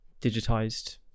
digitized